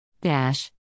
Dash